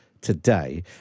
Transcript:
today